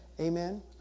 amen